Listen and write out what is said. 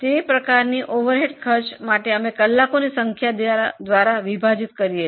તે માટે ઓવરહેડ ખર્ચને કલાકો દ્વારા વિભાજીત કરવામાં આવે છે